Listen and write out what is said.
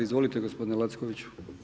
Izvolite gospodine Lackoviću.